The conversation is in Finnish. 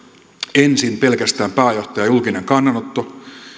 ensin pelkästään pääjohtajan julkinen kannanotto